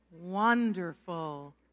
wonderful